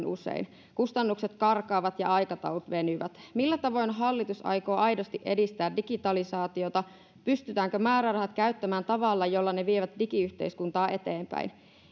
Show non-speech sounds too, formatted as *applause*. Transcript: *unintelligible* usein kustannukset karkaavat ja aikataulut venyvät millä tavoin hallitus aikoo aidosti edistää digitalisaatiota pystytäänkö määrärahat käyttämään tavalla jolla ne vievät digiyhteiskuntaa eteenpäin